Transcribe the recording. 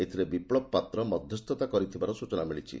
ଏଥିରେ ବିପ୍ବବପାତ୍ର ମଧସ୍ଥତା କରିଥିବାର ସୂଚନା ମିଳିଛି